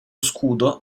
scudo